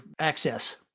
access